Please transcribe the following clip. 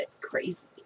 crazy